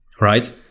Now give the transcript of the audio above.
right